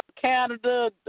Canada